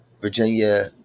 Virginia